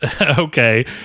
okay